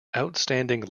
outstanding